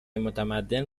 متمدن